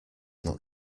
not